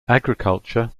agriculture